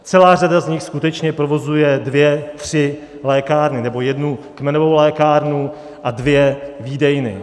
Celá řada z nich skutečně provozuje dvě tři lékárny nebo jednu kmenovou lékárnu a dvě výdejny.